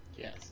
Yes